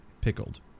pickled